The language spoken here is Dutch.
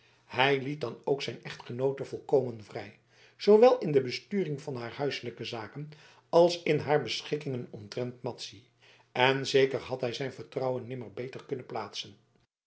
hij liet dan ook zijn echtgenoote volkomen vrij zoowel in de besturing van haar huiselijke zaken als in haar beschikkingen omtrent madzy en zeker had hij zijn vertrouwen nimmer beter kunnen plaatsen